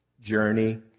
journey